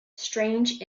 strange